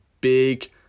big